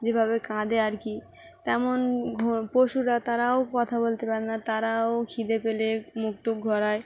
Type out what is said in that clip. যেভাবে কাঁদে আর কি তেমন পশুরা তারাও কথা বলতে পারে না তারাও খিদে পেলে মুখটুখ ঘোরায়